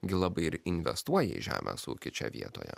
gi labai ir investuoja į žemės ūkį čia vietoje